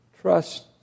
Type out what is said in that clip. trust